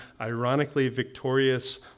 ironically-victorious